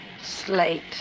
Slate